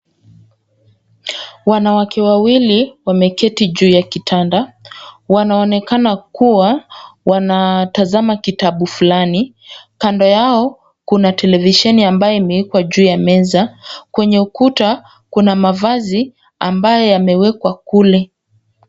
Wanawake wawili wameketi juu ya kitanda. Wanaonekana kuwa wanatazama kitabu fulani. Kando yao kuna televisheni ambayo imewekwa juu ya meza. Kwenye ukuta kuna mavazi ambayo yamewekwa kule.